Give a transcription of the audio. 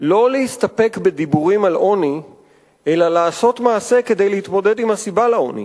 לא להסתפק בדיבורים על עוני אלא לעשות מעשה כדי להתמודד עם הסיבה לעוני,